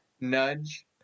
Nudge